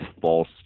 false